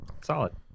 solid